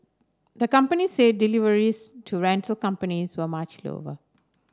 the company said deliveries to rental companies were much